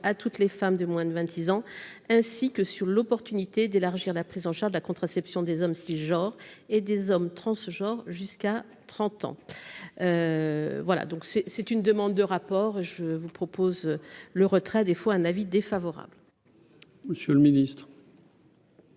à toutes les femmes de moins de 26 ans, ainsi que sur l'opportunité d'élargir la prise en charge de la contraception des hommes si genre et des hommes transgenre jusqu'à 30 ans, voilà donc c'est c'est une demande de rapport, je vous propose le retrait des fois un avis défavorable. Monsieur le Ministre.